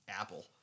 apple